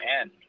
end